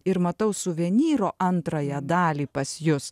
ir matau suvenyro antrąją dalį pas jus